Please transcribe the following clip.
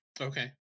Okay